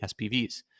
SPVs